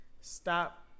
stop